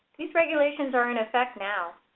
these regulations are in effect now.